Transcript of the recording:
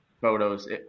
photos